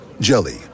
Jelly